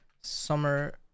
Summer